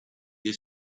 dei